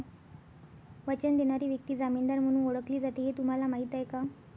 वचन देणारी व्यक्ती जामीनदार म्हणून ओळखली जाते हे तुम्हाला माहीत आहे का?